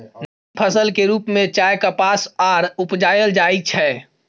नकदी फसल के रूप में चाय, कपास आर उपजाएल जाइ छै